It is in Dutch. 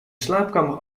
slaapkamer